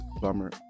Bummer